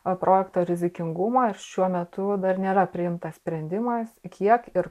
o projekto rizikingumą šiuo metu dar nėra priimtas sprendimas kiek ir